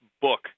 book